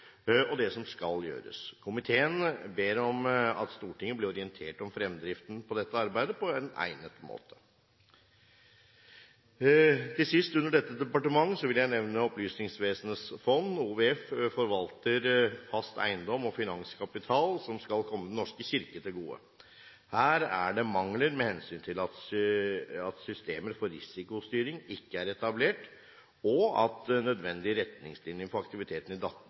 og det som skal gjøres. Komiteen ber om at Stortinget blir orientert om fremdriften i dette arbeidet på egnet måte. Til sist under dette departementet vil jeg nevne Opplysningsvesenets fond. OVF forvalter fast eiendom og finanskapital som skal komme Den norske kirke til gode. Her er det mangler med hensyn til at systemer for risikostyring ikke er etablert, og at nødvendige retningslinjer for aktiviteten i